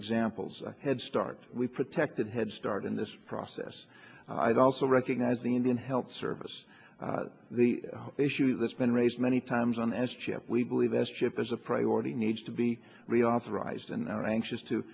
examples of head start we protected head start in this process i'd also recognize the indian health service the issue that's been raised many times on s chip we believe s chip as a priority needs to be reauthorized and they're anxious to